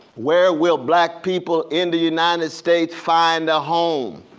where will black people in the united states find a home?